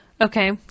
Okay